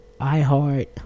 iHeart